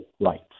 rights